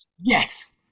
Yes